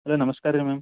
hello ನಮಸ್ಕಾರ ರಿ ma'am